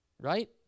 Right